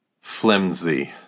flimsy